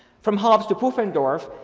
from hobbes to pufendorf,